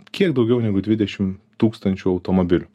kiek daugiau negu dvidešimt tūkstančių automobilių